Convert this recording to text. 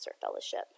fellowship